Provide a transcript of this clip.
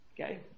okay